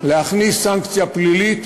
להכניס סנקציה פלילית,